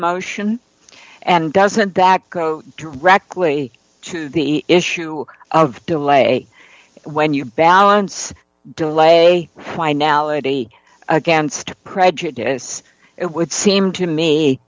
motion and doesn't that go directly to the issue of delay when you balance delay why now id against prejudice it would seem to me